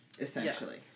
essentially